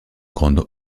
grande